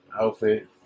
outfit